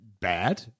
bad